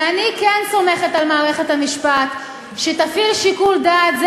ואני כן סומכת על מערכת המשפט שתפעיל שיקול דעת.